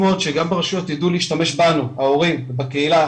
ברשויות ידעו להשתמש בנו ההורים ובקהילה